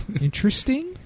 interesting